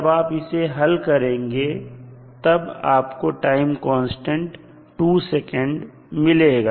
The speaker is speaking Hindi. जब आप इसे हल करेंगे तब आपको टाइम कांस्टेंट 2 sec मिलेगा